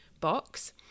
box